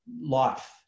life